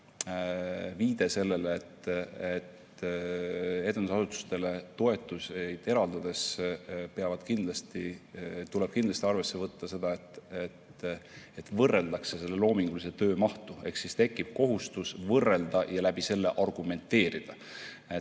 viide sellele, et etendusasutustele toetuseid eraldades tuleb kindlasti arvesse võtta seda, et võrreldakse loomingulise töö mahtu, ehk tekib kohustus võrrelda ja argumenteerida.